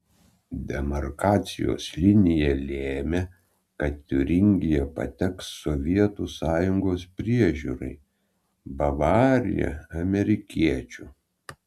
demarkacijos linija lėmė kad tiuringija pateks sovietų sąjungos priežiūrai bavarija amerikiečių